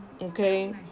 Okay